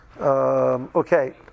okay